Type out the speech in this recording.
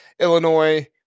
Illinois